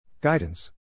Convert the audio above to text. Guidance